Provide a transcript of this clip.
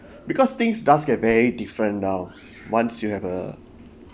because things does get very different now once you have a